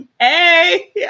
Hey